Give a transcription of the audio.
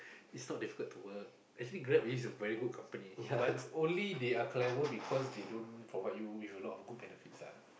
it's not difficult to work actually Grab is a very good company but only they are clever because they don't provide you with a lot of good benefits ah